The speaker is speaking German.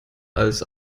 als